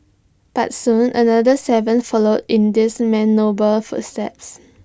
but soon another Seven followed in this man's noble footsteps